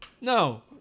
No